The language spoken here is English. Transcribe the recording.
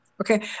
Okay